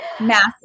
Massive